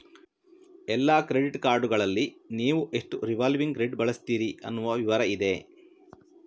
ಎಲ್ಲಾ ಕ್ರೆಡಿಟ್ ಕಾರ್ಡುಗಳಲ್ಲಿ ನೀವು ಎಷ್ಟು ರಿವಾಲ್ವಿಂಗ್ ಕ್ರೆಡಿಟ್ ಬಳಸ್ತೀರಿ ಅನ್ನುವ ವಿವರ ಇದೆ